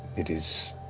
it is